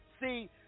See